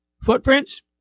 footprints